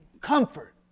comfort